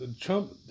Trump